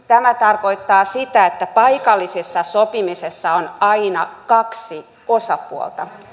tämä tarkoittaa sitä että paikallisessa sopimisessa on aina kaksi osapuolta